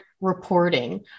reporting